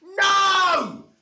NO